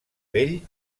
vell